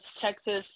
Texas